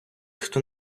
хто